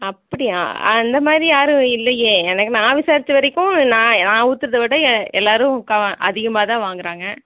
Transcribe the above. அப்படியா அந்த மாதிரி யாரும் இல்லையே எனக்கு நான் விசாரிச்ச வரைக்கும் நான் நான் ஊத்துறதை விட எல்லாரும் க அதிகமாக தான் வாங்குறாங்க